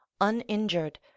uninjured